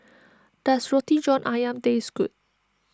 does Roti John Ayam taste good